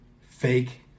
fake